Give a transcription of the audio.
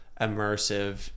immersive